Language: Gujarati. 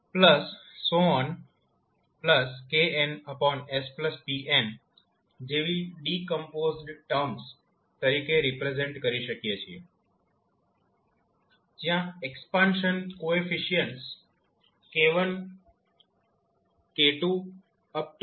knspn જેવી ડિકોમ્પોઝડ ટર્મ્સ તરીકે રિપ્રેઝેન્ટ કરી શકીએ છીએ જ્યાં એક્સપાન્શન કોએફિશિયન્ટ્સ k1 k2